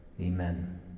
Amen